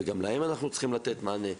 וגם להם אנחנו צריכים לתת מענה.